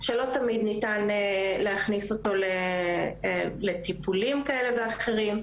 שלא תמיד ניתן להכניס אותו לטיפולים כאלה ואחרים,